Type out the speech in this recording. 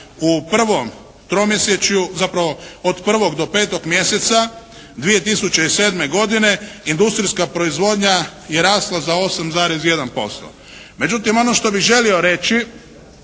u prvom tromjesečju, zapravo od 1. do 5. mjeseca 2007. godine industrijska proizvodnja je rasla za 8,1%. Međutim ono što bih želio reći